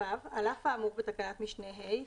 (ו) על אף האמור בתקנת משנה (ה)